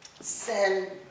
Send